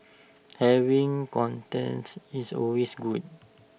having contests is always good